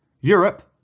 Europe